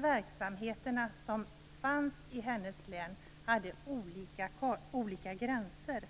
verksamheterna som fanns i hennes län hade olika gränser.